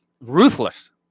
ruthless